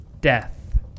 Death